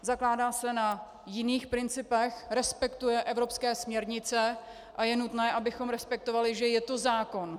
Zakládá se na jiných principech, respektuje evropské směrnice a je nutné, abychom respektovali, že je to zákon.